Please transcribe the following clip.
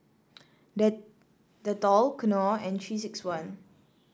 Dettol Knorr and Three six one